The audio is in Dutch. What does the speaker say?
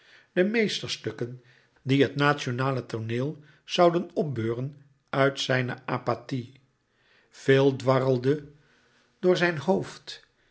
de meesterstukken die het nationale tooneel zouden opbeuren uit zijne apathie veel dwarrelde door zijn hoofd